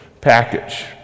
package